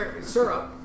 Syrup